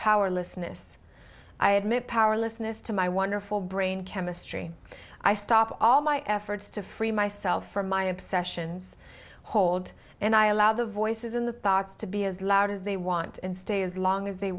powerlessness i admit powerlessness to my wonderful brain chemistry i stop all my efforts to free myself from my obsessions hold and i allow the voices in the thoughts to be as loud as they want and stay as long as they